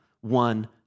one